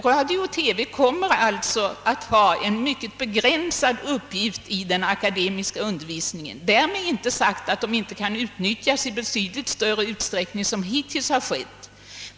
Radio och TV kommer alltså att ha en mycket begränsad uppgift i den akademiska undervisningen. Därmed är inte sagt att de inte kan utnyttjas i betydligt större utsträckning än som hittills skett.